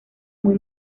muy